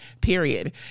period